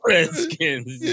Redskins